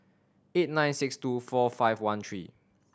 eight nine six two four five one three